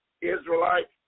Israelite